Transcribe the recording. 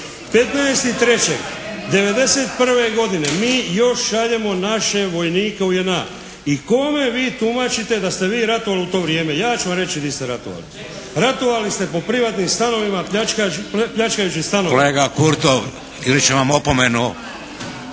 15.3.1991. godine mi još šaljemo naše vojnike u JNA. I kome vi tumačite da ste vi ratovali u to vrijeme? Ja ću vam reći gdje ste ratovali? Ratovali ste po privatnim stanovima pljačkajući stanove.